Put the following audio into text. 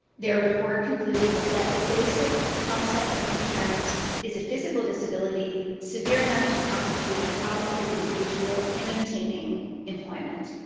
their report concluded that the basic concept of impairment is a physical disability severe enough to constitute a problem for the individual in obtaining employment.